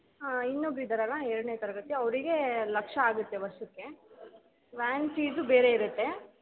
ಹಾಂ ಇನ್ನೊಬ್ರು ಇದ್ದಾರಲ್ಲ ಎರಡನೆ ತರಗತಿ ಅವ್ರಿಗೆ ಲಕ್ಷ ಆಗುತ್ತೆ ವರ್ಷಕ್ಕೆ ವ್ಯಾನ್ ಫೀಸು ಬೇರೆ ಇರುತ್ತೆ